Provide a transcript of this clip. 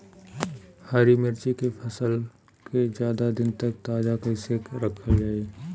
हरि मिर्च के फसल के ज्यादा दिन तक ताजा कइसे रखल जाई?